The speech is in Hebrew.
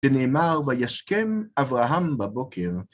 ונאמר, וישכם אברהם בבוקר.